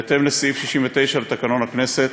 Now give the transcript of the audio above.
בהתאם לסעיף 69 לתקנון הכנסת.